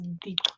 deep